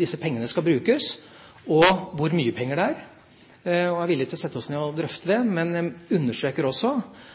disse pengene skal brukes, og hvor mye penger det er. Vi er villig til å sette oss ned og drøfte det. Men jeg understreker også